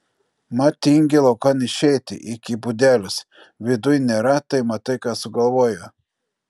mat tingi laukan išeiti iki būdelės viduj nėra tai matai ką sugalvojo